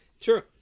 True